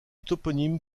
toponyme